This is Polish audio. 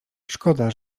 szkoda